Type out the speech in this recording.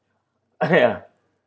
(uh huh) ya